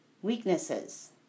Weaknesses